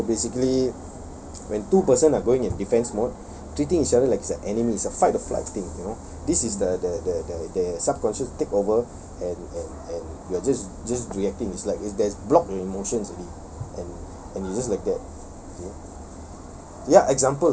so basically when two person are going in defense mode treating each other like it's a enemy it's a fight or flight thing you know this is the the the the subconscious take over and and you are just just reacting is like is there's block your emotions already and and you just like that okay